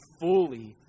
fully